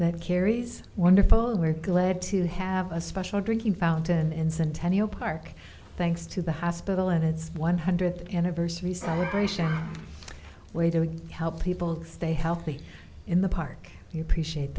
that carries wonderful we're glad to have a special drinking fountain in centennial park thanks to the hospital and its one hundredth anniversary celebration way to help people stay healthy in the park you appreciate